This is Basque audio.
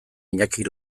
iñaki